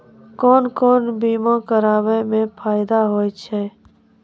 कोन कोन बीमा कराबै मे फायदा होय होय छै?